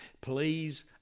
please